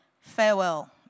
Farewell